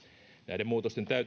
näiden muutosten